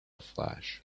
flash